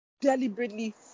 deliberately